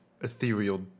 ethereal